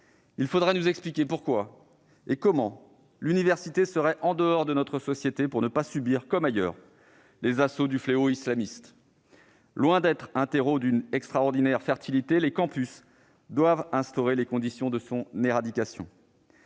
Il faudrait nous expliquer pourquoi et comment l'université serait en dehors de notre société pour ne pas subir, comme ailleurs, les assauts du fléau islamiste. Au lieu d'être un terreau d'une extraordinaire fertilité, les campus devraient instaurer les conditions de l'éradication